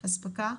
הספקה,